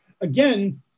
again